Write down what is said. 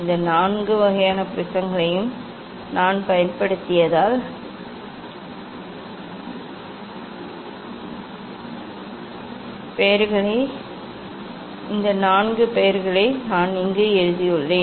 இந்த நான்கு வகையான ப்ரிஸங்களையும் நான் பயன்படுத்தியதால் இந்த நான்கு பெயர்களை நான் இங்கு எழுதியுள்ளேன்